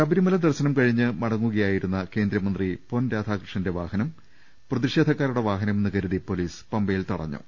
ശബരിമല ദർശനം കഴിഞ്ഞ് മടങ്ങുകയായിരുന്ന കേന്ദ്രമന്ത്രി പൊൻ രാധാകൃഷ്ണന്റെ വാഹനം പ്രതിഷേധക്കാരുടെ വാഹനമെന്ന് കരുതി പൊലീസ് പമ്പയിൽ തടഞ്ഞു